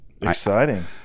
exciting